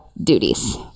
duties